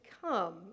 come